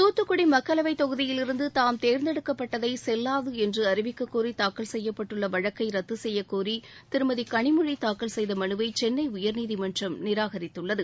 தூத்துக்குடி மக்களவை தொகுதியிலிருந்து தாம் தேர்ந்தெடுக்கப்பட்டதை செல்லாது என்று அறிவிக்கக்கோரி தூக்கல் செய்யப்பட்டுள்ள வழக்கை ரத்து செய்யக்கோரி திருமதி கனிமொழி தாக்கல் செய்த மனுவை சென்னை உயர்நீதிமன்றம் நிராகரித்துள்ளது